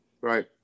right